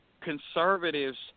conservatives